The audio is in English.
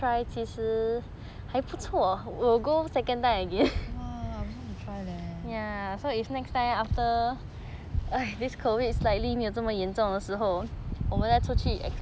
!wah! I also want to try leh